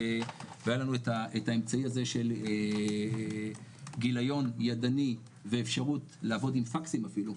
והיה לנו את האמצעי הזה של גיליון ידני ואפשרות לעבוד עם פקסים אפילו.